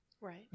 right